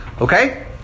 Okay